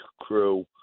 crew